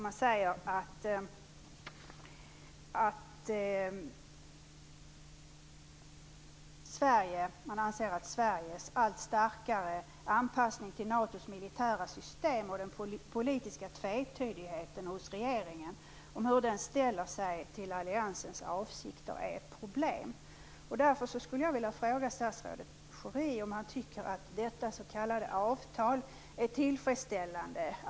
Man säger att man anser att Sveriges allt starkare anpassning till NATO:s militära system och den politiska tvetydigheten hos regeringen om hur den ställer sig till alliansens avsikter är ett problem. Därför vill jag fråga statsrådet Schori om han tycker att detta s.k. avtal är tillfredsställande.